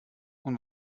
und